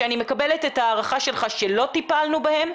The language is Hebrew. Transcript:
שאני מקבלת את ההערכה שלך שלא טיפלנו בהם,